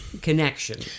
connection